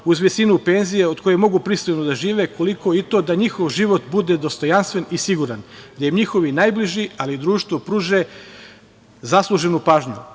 uz visinu penzije od koje mogu pristojno da žive koliko i to da njihov život bude dostojanstven i siguran, da im njihovi najbliži, ali i društvo pruže zasluženu pažnju.